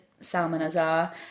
Salmanazar